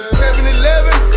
7-eleven